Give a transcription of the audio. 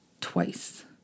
Twice